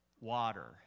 water